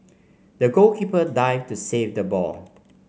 the goalkeeper dived to save the ball